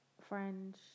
French